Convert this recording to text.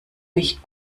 nicht